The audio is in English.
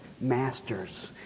masters